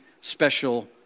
special